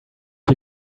you